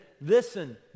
listen